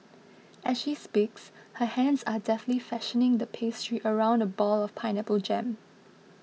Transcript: as she speaks her hands are deftly fashioning the pastry around a ball of pineapple jam